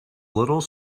little